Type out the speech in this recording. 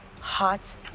Hot